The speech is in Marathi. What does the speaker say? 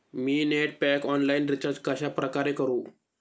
मी नेट पॅक ऑनलाईन रिचार्ज कशाप्रकारे करु?